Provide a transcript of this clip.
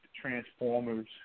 Transformers